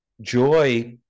joy